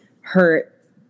hurt